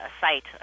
site